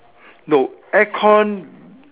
no aircon